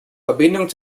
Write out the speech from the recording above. verbindung